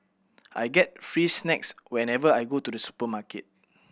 I get free snacks whenever I go to the supermarket